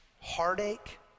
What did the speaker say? heartache